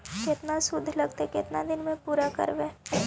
केतना शुद्ध लगतै केतना दिन में पुरा करबैय?